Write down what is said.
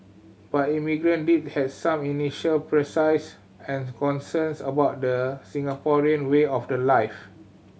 but immigrant did has some initial surprises and concerns about the Singaporean way of the life